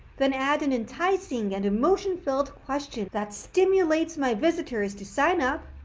then add an enticing and emotion-filled question that stimulates my visitors to sign up,